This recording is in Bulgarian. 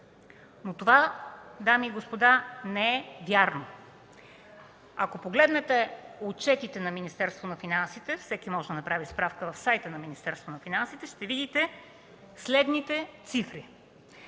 Но това, дами и господа, не е вярно. Ако погледнете отчетите на Министерство на финансите, всеки може да направи справка в сайта на Министерство на финансите, ще видите следните цифри: